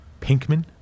Pinkman